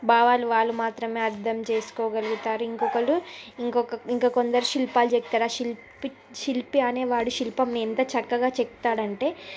భావాలు వాళ్ళు మాత్రమే అర్థం చేసుకోగలుగుతారు ఇంకొకళ్ళు ఇంకొక్క ఇంకా కొందరు శిల్పాలు చెక్కుతారు ఆ శిల్పి శిల్పి అనేవాడు శిల్పాన్ని ఎంత చక్కగా చెక్కుతాడు అంటే